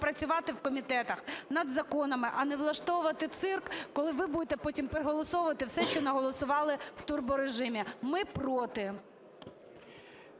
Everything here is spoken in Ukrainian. працювати в комітетах над законами, а не влаштовувати цирк, коли ви будете потім переголосовувати все, що наголосували в турборежимі. Ми – проти.